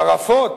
כן, חרפות,